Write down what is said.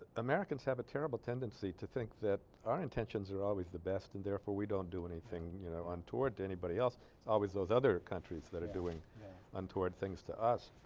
americans have a terrible tendency to think that our intentions are always the best and therefore we don't do anything you know untoward to anybody else its always those other countries that are doing untoward things to us